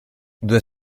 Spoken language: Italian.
due